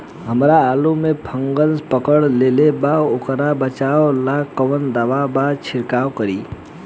हमरा आलू में फंगस पकड़ लेले बा वोकरा बचाव ला कवन दावा के छिरकाव करी?